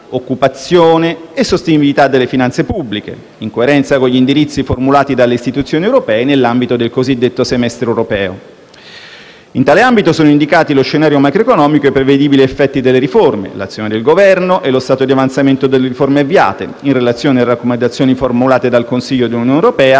occupazione e sostenibilità delle finanze pubbliche, in coerenza con gli indirizzi formulati dalle istituzioni europee nell'ambito del cosiddetto semestre europeo. In tale ambito sono indicati lo scenario macroeconomico e i prevedibili effetti delle riforme, l'azione del Governo e lo stato di avanzamento delle riforme avviate, in relazione alle raccomandazioni formulate dal Consiglio dell'Unione europea,